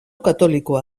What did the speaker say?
katolikoa